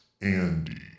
Andy